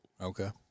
Okay